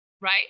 right